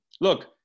Look